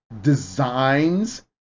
designs